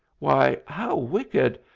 why, how wicked!